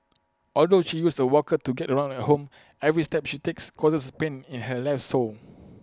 although she uses A walker to get around at home every step she takes causes pain in her left sole